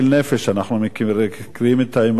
אנחנו מכירים את האמרה הזאת,